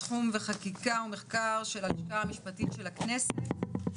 תחום חקיקה ומחקר של הלשכה המשפטית של הכנסת.